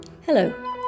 Hello